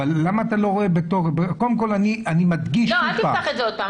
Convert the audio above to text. אבל למה אתה לא רואה --- אל תפתח את זה עוד פעם.